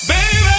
Baby